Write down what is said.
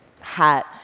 hat